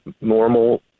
normal